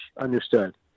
understood